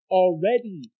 already